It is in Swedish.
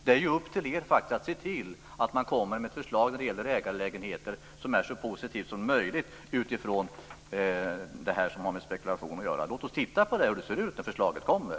Det är ju upp till er att se till att regeringen kommer med ett förslag när det gäller ägarlägenheter som är så positivt som möjligt i fråga om spekulation. Låt oss titta hur förslaget ser ut när det kommer.